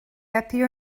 appear